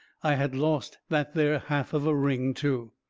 i had lost that there half of a ring, too.